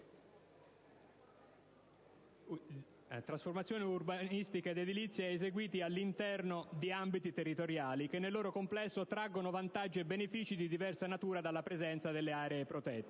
trasformazione urbanistica ed edilizia eseguite all'interno di ambiti territoriali che nel loro complesso traggono vantaggi e benefici di diversa natura dalla presenza delle aree protette